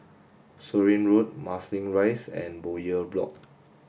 Surin Road Marsiling Rise and Bowyer Block